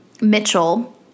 Mitchell